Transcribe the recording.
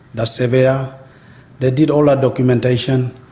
the surveyor that did all our documentation.